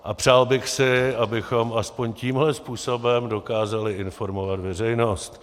A přál bych si, abychom aspoň tímhle způsobem dokázali informovat veřejnost.